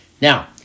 Now